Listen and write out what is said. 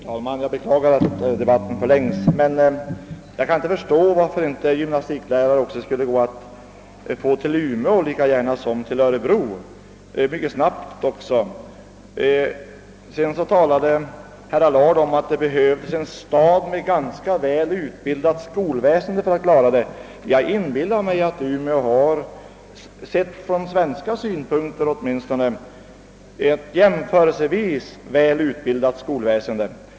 Herr talman! Jag beklagar att debatten förlängs, men jag kan inte förstå varför det inte skulle gå att mycket snart få gymnastiklärare till Umeå likaväl som till Örebro. Herr Allard sade, att denna utbildning måste ligga i en stad med ett ganska väl utbildat skolväsen. Jag inbillar mig att Umeå har ett jämförelsevis väl utvecklat skolväsen.